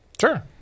sure